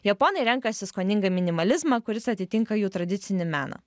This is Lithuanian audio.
japonai renkasi skoningą minimalizmą kuris atitinka jų tradicinį meną